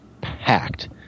Packed